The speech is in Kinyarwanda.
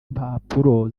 impapuro